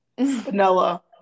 vanilla